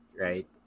right